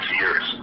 years